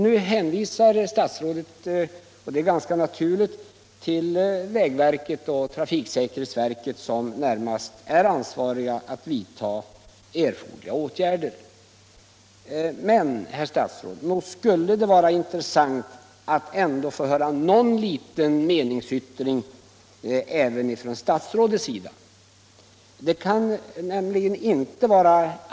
Nu hänvisar statsrådet — och det är ganska naturligt — till vägverket och trafiksäkerhetsverket som närmast är ansvariga för att vidta erforderliga åtgärder. Men, herr statsråd, nog skulle det vara intressant att även få höra någon liten meningsyttring ifrån statsrådets sida.